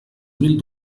mil